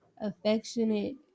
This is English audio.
affectionate